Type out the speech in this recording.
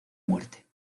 muerte